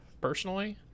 personally